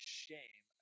shame